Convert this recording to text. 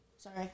Sorry